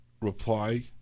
reply